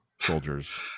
soldiers